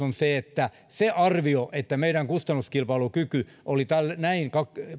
on se että se arvio että meidän kustannuskilpailukyky oli näin